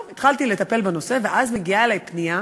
התחלתי לטפל בנושא, ואז מגיעה אלי פנייה